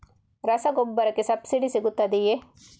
ರಸಗೊಬ್ಬರಕ್ಕೆ ಸಬ್ಸಿಡಿ ಸಿಗುತ್ತದೆಯೇ?